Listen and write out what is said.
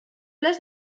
les